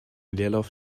leerlauf